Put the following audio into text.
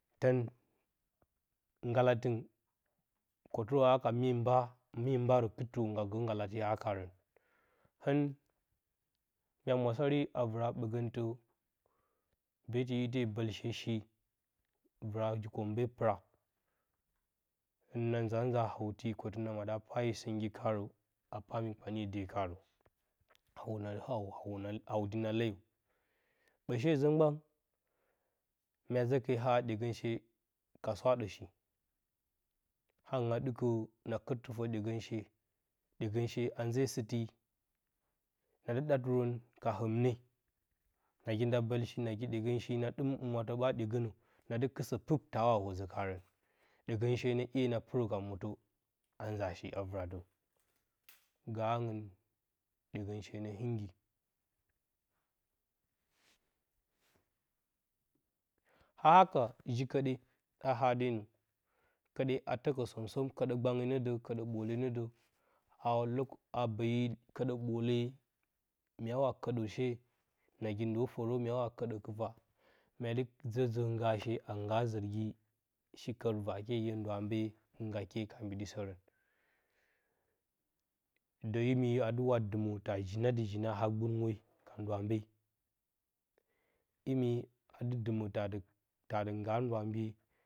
Tən, ngalatɨngɨn kotɨrə a haka mye mba, mye mbarə kɨttɨrə nga gəə ngalti a hakarən. Hɨn mya mwasri a vɨraa ɓəgəngtə. betɨ ite bəlshe shi vɨraa zu kombe pɨra, na nzaa nza hawti kotə na maɗə a pa yə sɨngi karə, a pa mi kpanye de karə hawo na dɨ hawo, hawti na leyə ɓə shezə mgban mya zə ke a haa ɗyegənshe ka swaɗə shi angɨn a ɗɨkə na kɨr tɨfə ɗyegən she, ɗyegən she a nze sɨti, na dɨ ɗatɨrən ka hɨmne nagi nda bəlshi nagi ɗyegənshi na ɗɨm humwatə ɓa ɗyegənə, na dɨ kɨsə pɨp taawa ozə karən. ɗyegənshe nə `ye na pɨrə ka mwot ə a nza shi a vɨratə. Gə angɨn ɗyegənshe nə hɨngi. A haka ji kəɗe a haa denə, kəɗe a təkə som som kəɗə gbangge nə də kəɗə ɓəəle nə də a lo, a bəyi kəɗə ɓəəle, myaawa kəɗəə she, nagi ndo fərə myaawa kəɗə kɨfaa, mya dɨ zə zəə ngaashi a ngaa zərgi ahi kər vakye yə ndwambe, ngakye ka mbiɗisərən. Də imi a dɨ wa dɨmə ta jina dɨ jina a gbɨnwe ka ndwambe, imi a dɨ dɨmə ta dɨ ta dɨ ngaa ndwambe.